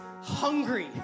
hungry